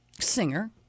Singer